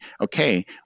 okay